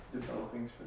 Developing